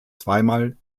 zweimal